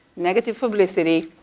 negative publicity,